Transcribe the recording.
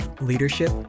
leadership